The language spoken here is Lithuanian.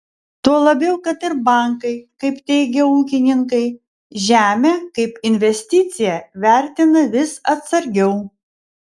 tuo labiau kad ir bankai kaip teigia ūkininkai žemę kaip investiciją vertina vis atsargiau